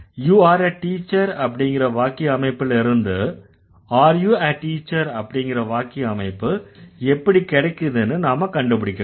you are a teacher அப்படிங்கற வாக்கிய அமைப்புல இருந்து are you a teacher அப்படிங்கற வாக்கிய அமைப்பு எப்படி கிடைக்குதுன்னு நாம கண்டுபிடிக்கணும்